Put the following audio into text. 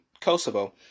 kosovo